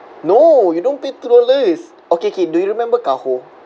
no you don't pay two dollars okay okay do you remember kaho